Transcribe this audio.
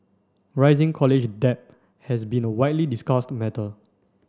rising college debt has been a widely discussed matter